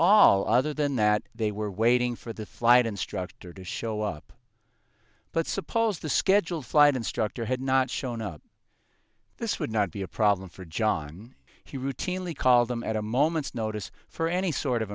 all other than that they were waiting for the flight instructor to show up but suppose the scheduled flight instructor had not shown up this would not be a problem for john he routinely called them at a moment's notice for any sort of